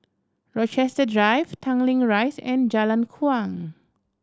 Rochester Drive Tanglin Rise and Jalan Kuang